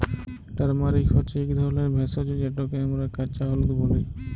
turmeric হছে ইক ধরলের ভেষজ যেটকে আমরা কাঁচা হলুদ ব্যলি